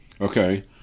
Okay